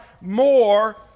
more